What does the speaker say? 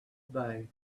day